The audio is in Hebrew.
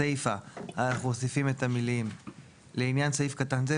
בסיפא אנחנו מוסיפים את המילים "לעניין סעיף קטן זה,